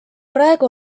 praegu